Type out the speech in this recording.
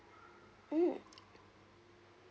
mm